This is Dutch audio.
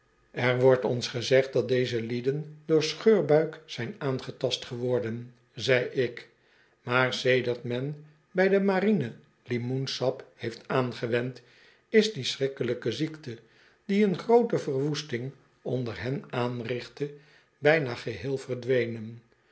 er wordt ons gezegd dat deze lieden door scheurbuik zijn aangetast geworden zei ik maar sedert men bij de marine limoensap heeft aangewend is die schrikkelijke ziekte die een groote verwoesting onder hen aanrichtte bijna geheel verdwenen